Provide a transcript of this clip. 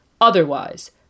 Otherwise